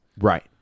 Right